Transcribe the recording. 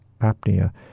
apnea